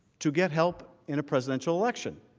to get help in a presidential election,